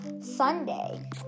Sunday